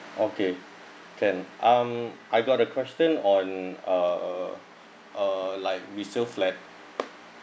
okay can um I got the question on uh uh like resale flat